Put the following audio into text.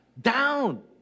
down